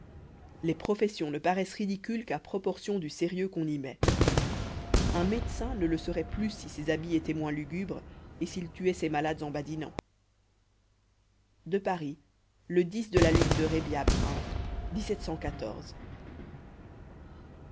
les professions ne paroissent ridicules qu'à proportion du sérieux qu'on y met un médecin ne le seroit plus si ses habits étoient moins lugubres et s'il tuoit ses malades en badinant à paris le de la